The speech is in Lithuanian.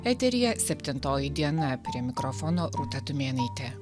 eteryje septintoji diena prie mikrofono rūta tumėnaitė